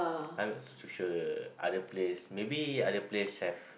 I'm not too sure other place maybe other place have